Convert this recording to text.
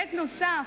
היבט נוסף,